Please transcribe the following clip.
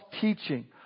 teaching